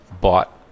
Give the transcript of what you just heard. bought